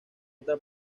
otra